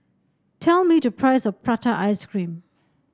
tell me the price of Prata Ice Cream